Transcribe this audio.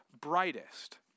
brightest